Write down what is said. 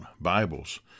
Bibles